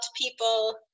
people